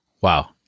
Wow